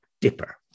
Dipper